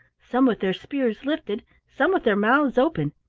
some with their spears lifted, some with their mouths open,